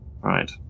Right